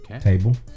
Table